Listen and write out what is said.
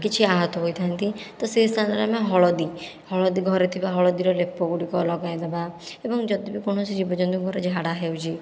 କିଛି ଆହତ ହୋଇଥାନ୍ତି ତ ସେଇ ସ୍ଥାନରେ ଆମେ ହଳଦୀ ହଳଦୀ ଘରେ ଥିବା ହଲଦୀର ଲେପ ଗୁଡ଼ିକ ଲଗାଇଦେବା ଏବଂ ଯଦି ବି କୌଣସି ଜୀବ ଜନ୍ତୁଙ୍କର ଝାଡ଼ା ହେଉଛି